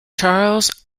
charles